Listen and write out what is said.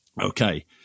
Okay